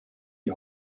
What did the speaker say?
die